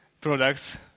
products